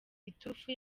iturufu